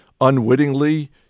unwittingly